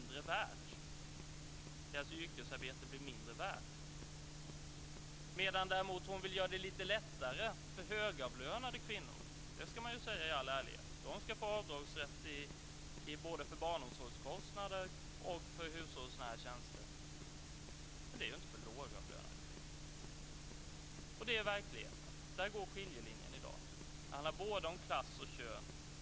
Deras yrkesarbete blir mindre värt. Däremot vill hon göra det lite lättare för högavlönade kvinnor. Det ska man i all ärlighet säga. De ska få avdragsrätt både för barnomsorgskostnader och för hushållsnära tjänster. Men det är inte för lågavlönade kvinnor. Det är verkligheten. Där går skiljelinjen i dag. Det handlar både om klass och kön.